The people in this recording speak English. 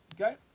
Okay